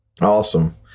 Awesome